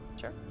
Sure